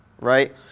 right